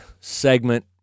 segment